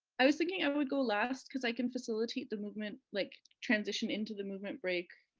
i was thinking i would go last cause i can facilitate the movement, like transition into the movement break